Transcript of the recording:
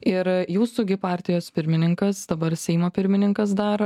ir jūsų gi partijos pirmininkas dabar seimo pirmininkas dar